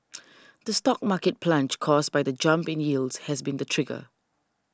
the stock market plunge caused by the jump in yields has been the trigger